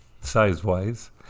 size-wise